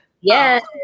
Yes